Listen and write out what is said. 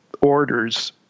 orders